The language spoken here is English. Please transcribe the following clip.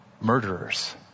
murderers